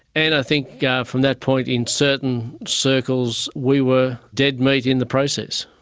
and i think yeah from that point in certain circles we were dead meat in the process.